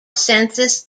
census